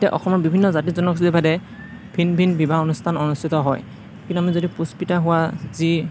এতিয়া অসমৰ বিভিন্ন জাতি জনগোষ্ঠীভেদে ভিন ভিন বিবাহ অনুষ্ঠান অনুষ্ঠিত হয় কিন্তু আমি যদি পুস্পিতা হোৱা যি